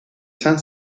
san